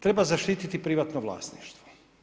Treba zaštititi privatno vlasništvo.